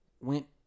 went